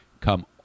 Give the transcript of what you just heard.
come